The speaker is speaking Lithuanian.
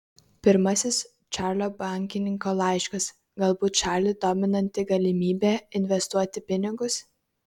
pirmasis čarlio bankininko laiškas galbūt čarlį dominanti galimybė investuoti pinigus